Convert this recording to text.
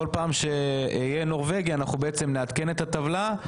פעם שיהיה נורבגי אנחנו נעדכן את הטבלה.